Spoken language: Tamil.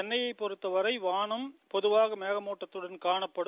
சென்னையை பொறுத்தவரை வானம் பொதவாக மேகமுட்டத்தடன் காணப்படும்